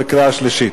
להצביע בקריאה שלישית?